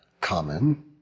common